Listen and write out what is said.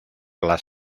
las